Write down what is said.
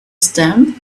stamp